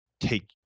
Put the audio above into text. take